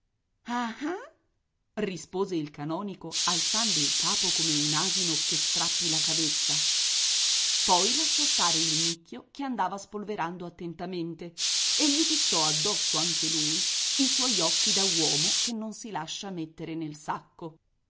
rispose il canonico alzando il capo come un asino che strappi la cavezza poi lasciò stare il nicchio che andava spolverando attentamente e gli fissò addosso anche lui i suoi occhi da uomo che non si lascia mettere nel sacco